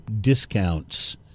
discounts